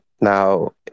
now